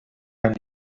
kann